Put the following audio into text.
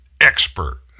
expert